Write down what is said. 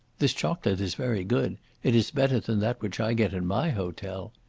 this chocolate is very good it is better than that which i get in my hotel.